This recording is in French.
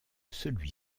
celui